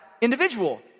individual